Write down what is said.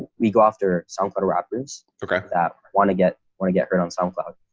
we go after soundcloud rappers for crap that want to get want to get hurt on soundcloud.